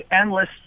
endless